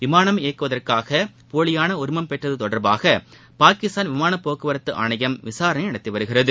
விமானம் இயக்குவதற்காகபோலியானஉரிமம் பெற்றதுதொடர்பாகபாகிஸ்தான் விமானபோக்குவரத்துஆணையம் விசாரணைநடத்திவருகிறது